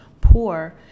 poor